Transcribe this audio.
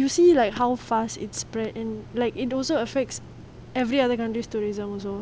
you see like how fast it's spread and like it also affects every other countries tourism also